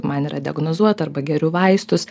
man yra diagnozuota arba geriu vaistus